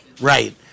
Right